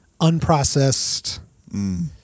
unprocessed